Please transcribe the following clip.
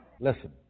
Listen